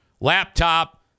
laptop